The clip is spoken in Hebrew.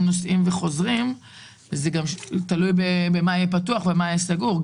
נוסעים וחוזרים תלוי גם במה יהיה פתוח ומה יהיה סגור,